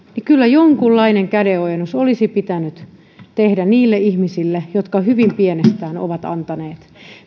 kyllä jonkinlainen kä denojennus olisi pitänyt tehdä niille ihmisille jotka hyvin pienestä ovat antaneet